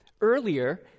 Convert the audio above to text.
Earlier